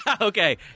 Okay